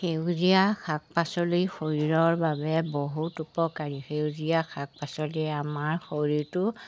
সেউজীয়া শাক পাচলিৰ শৰীৰৰ বাবে বহুত উপকাৰী সেউজীয়া শাক পাচলিয়ে আমাৰ শৰীৰটো